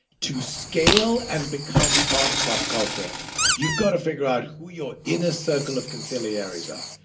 to scale and become part of pop culture you've got to figure out who your inner circle of conciliaries are.